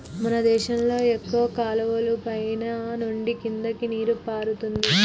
మన దేశంలో ఎక్కువ కాలువలు పైన నుండి కిందకి నీరు పారుతుంది